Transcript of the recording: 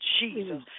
Jesus